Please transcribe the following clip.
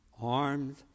armed